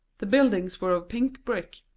the buildings were of pink brick,